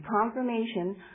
confirmation